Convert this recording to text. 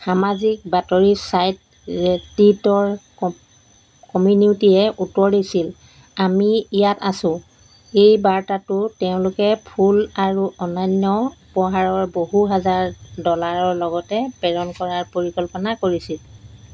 সামাজিক বাতৰি ছাইট ৰেডিটৰ কম কমিউনিটীয়ে উত্তৰ দিছিল আমি ইয়াত আছোঁ এই বাৰ্তাটো তেওঁলোকে ফুল আৰু অন্যান্য উপহাৰৰ বহু হাজাৰ ডলাৰৰ লগতে প্ৰেৰণ কৰাৰ পৰিকল্পনা কৰিছিল